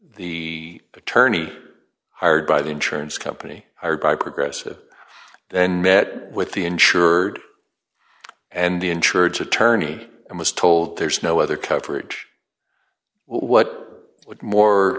the attorney hired by the insurance company hired by progressive then met with the insured and the insureds attorney and was told there's no other coverage what would more